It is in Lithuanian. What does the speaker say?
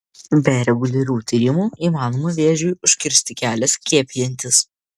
be reguliarių tyrimų įmanoma vėžiui užkirsti kelią skiepijantis